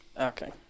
Okay